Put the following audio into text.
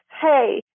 hey